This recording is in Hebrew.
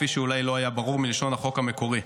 כפי שאולי לא היה ברור מלשון החוק המקורי.